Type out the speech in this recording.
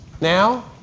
now